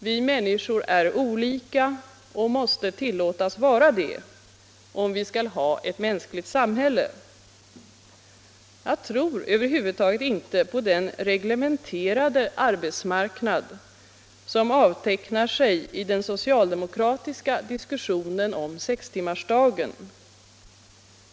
Vi människor är olika och måste tillåtas vara det, om vi skall ha ett mänskligt samhälle. Jag tror över huvud taget inte på den reglementerade arbetsmarknad som avtecknar sig i den socialdemokratiska diskussionen om sextimmarsdagen.